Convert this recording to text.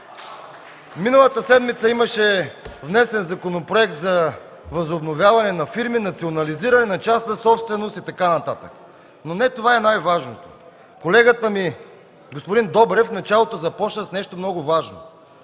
Миналата седмица имаше внесен Законопроект за възнообновяване на фирми, национализиране на частна собственост и така нататък. Но не това е най-важното. Колегата ми, господин Добрев, започна с нещо много важно.